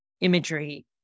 imagery